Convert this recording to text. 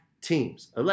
teams